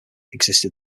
existed